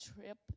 trip